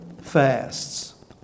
fasts